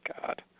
God